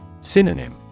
Synonym